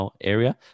area